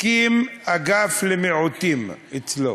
הקים אגף למיעוטים, אצלו,